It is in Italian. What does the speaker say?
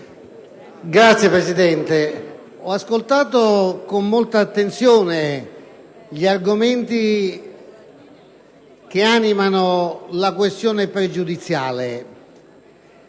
Signor Presidente, ho ascoltato con molta attenzione le motivazioni che animano la questione pregiudiziale